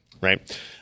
Right